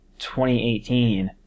2018